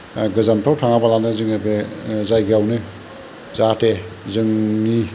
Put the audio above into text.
गोजानफ्राव थाङाबालानो जोङो बे जायगायावनो जाहाथे जोंनि